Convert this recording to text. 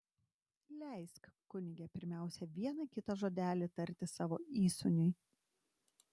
leisk kunige pirmiausia vieną kitą žodelį tarti savo įsūniui